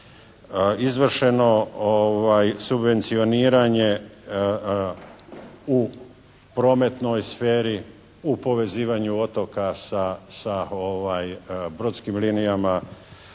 izvršeno subvencioniranje u prometnoj sferi, u povezivanju otoka sa brodskim linijama.